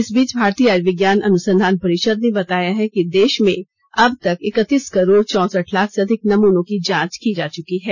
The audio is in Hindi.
इसबीच भारतीय आयुर्विज्ञान अनुसंधान परिषद ने बताया है कि देश में अब तक इकतीस करोड़ चौसठ लाख से अधिक नमूनों की जांच की जा चुकी है